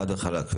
חד וחלק.